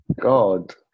God